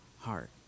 heart